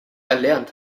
erlernt